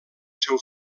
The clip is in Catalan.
seu